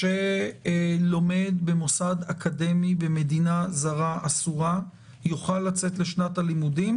שלומד במוסד אקדמי במדינה זרה אסורה יוכל לצאת לשנת הלימודים.